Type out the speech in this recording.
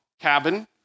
cabin